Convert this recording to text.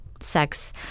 sex